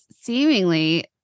seemingly